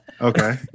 Okay